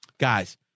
Guys